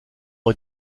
ont